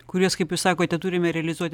kurias kaip jūs sakote turime realizuoti